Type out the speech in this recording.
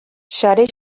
sare